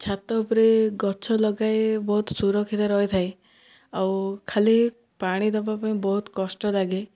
ଛାତ ଉପରେ ଗଛ ଲଗାଏ ବହୁତ ସୁରକ୍ଷିତ ରହିଥାଏ ଆଉ ଖାଲି ପାଣି ଦେବା ପାଇଁ ବହୁତ କଷ୍ଟ ଲାଗେ